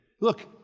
Look